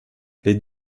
les